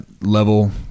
level